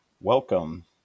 welcome